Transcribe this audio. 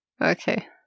Okay